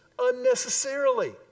unnecessarily